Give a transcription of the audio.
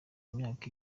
imyaka